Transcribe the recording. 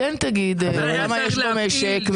תגיד כמה יש במשק,